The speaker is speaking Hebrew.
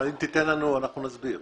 אם תיתן לנו, אנחנו נסביר.